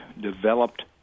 developed